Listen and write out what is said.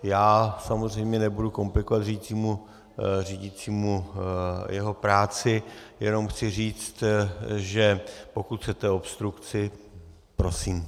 Já samozřejmě nebudu komplikovat řídícímu jeho práci, jenom chci říct, že pokud chcete obstrukci, prosím.